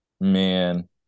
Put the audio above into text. Man